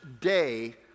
day